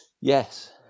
Yes